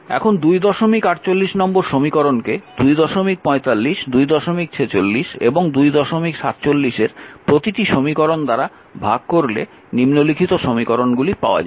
এখন 248 নম্বর সমীকরণকে 245 246 এবং 247 এর প্রতিটি সমীকরণ দ্বারা ভাগ করলে নিম্নলিখিত সমীকরণগুলি পাওয়া যাবে